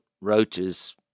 roaches